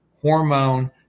hormone